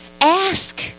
ask